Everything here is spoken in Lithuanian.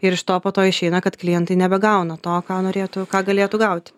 ir iš to po to išeina kad klientai nebegauna to ką norėtų ką galėtų gauti